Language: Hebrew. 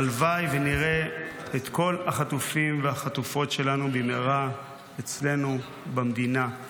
הלוואי ונראה את כל החטופים והחטופות שלנו במהרה אצלנו במדינה,